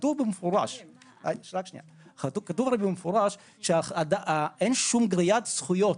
הרי כתוב במפורש שאין שום גריעת זכויות,